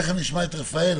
תכף נשמע את רפאל.